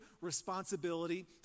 responsibility